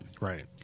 Right